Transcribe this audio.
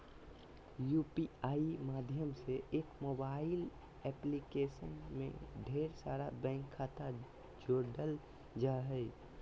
UPI माध्यम से एक मोबाइल एप्लीकेशन में ढेर सारा बैंक खाता जोड़ल जा हय